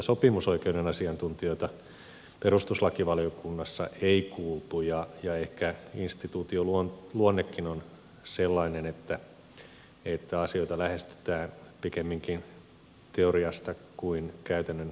sopimusoikeuden asiantuntijoita perustuslakivaliokunnassa ei kuultu ja ehkä instituution luonnekin on sellainen että asioita lähestytään pikemminkin teoriasta kuin käytännön elämästä käsin